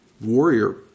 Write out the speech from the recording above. warrior